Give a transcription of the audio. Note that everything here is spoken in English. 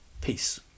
peace